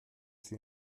sie